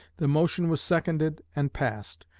the motion was seconded and passed.